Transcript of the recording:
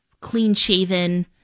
clean-shaven